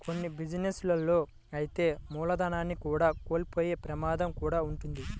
కొన్ని బిజినెస్ లలో అయితే మూలధనాన్ని కూడా కోల్పోయే ప్రమాదం కూడా వుంటది